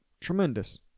Tremendous